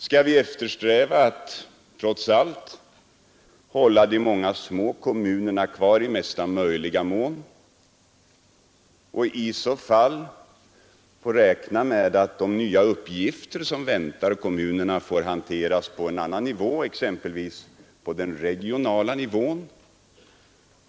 Skall vi eftersträva att trots allt hålla de många små kommunerna kvar i mesta möjliga mån och i så fall få räkna med att de nya uppgifter som väntar kommunerna får hanteras på en annan nivå, exempelvis på den regionala nivån?